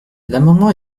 l’amendement